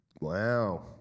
Wow